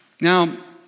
Now